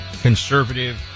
conservative